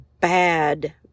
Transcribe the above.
bad